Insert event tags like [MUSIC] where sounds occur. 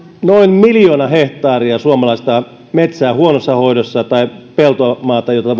noin miljoona hehtaaria suomalaista metsää huonossa hoidossa tai peltomaata jota [UNINTELLIGIBLE]